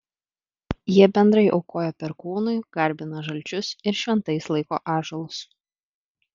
jie bendrai aukoja perkūnui garbina žalčius ir šventais laiko ąžuolus